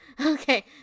Okay